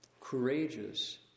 courageous